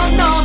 no